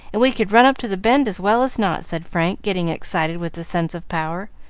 and we could run up to the bend as well as not, said frank, getting excited with the sense of power,